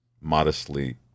modestly